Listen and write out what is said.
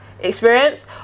experience